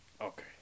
Okay